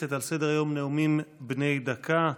על סדר-היום: נאומים בני דקה.